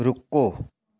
ਰੁਕੋ